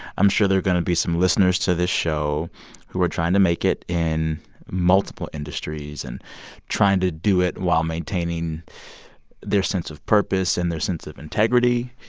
i'm sure there are going to be some listeners to this show who are trying to make it in multiple industries and trying to do it while maintaining their sense of purpose and their sense of integrity.